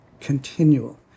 continual